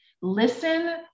Listen